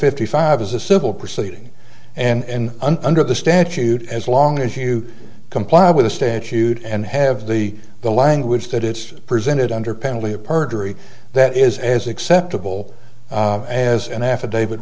fifty five is a civil proceeding and under the statute as long as you comply with the statute and have the the language that is presented under penalty of perjury that is as acceptable as an affidavit